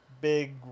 big